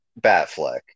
batfleck